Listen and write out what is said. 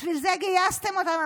בשביל זה גייסתם אותם?